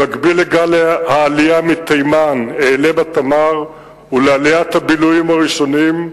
במקביל לגל העלייה מתימן "אעלה בתמר" ולעליית הביל"ויים הראשונים,